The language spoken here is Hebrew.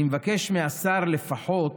אני מבקש מהשר לפחות